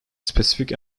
specific